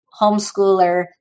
homeschooler